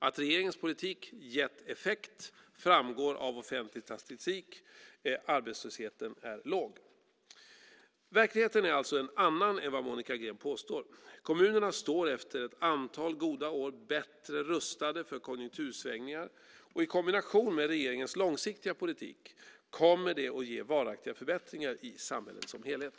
Att regeringens politik gett effekt framgår av offentlig statistik - arbetslösheten är låg. Verkligheten är alltså en annan än vad Monica Green påstår. Kommunerna står efter ett antal goda år bättre rustade för konjunktursvängningar, och i kombination med regeringens långsiktiga politik kommer det att ge varaktiga förbättringar i samhället som helhet.